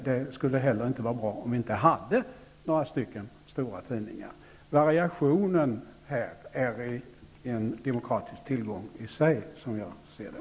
Det skulle heller inte vara bra om vi inte hade några stora tidningar. Variationen är en demokratisk tillgång i sig, som jag ser det.